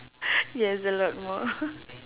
yes a lot more